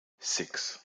six